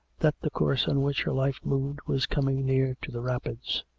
that the course on which her life moved was coming near to the rapids.